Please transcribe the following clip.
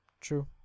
True